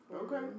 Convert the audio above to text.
Okay